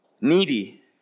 needy